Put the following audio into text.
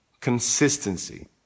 Consistency